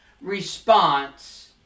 response